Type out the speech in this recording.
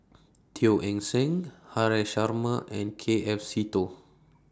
Teo Eng Seng Haresh Sharma and K F Seetoh